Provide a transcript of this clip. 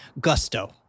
gusto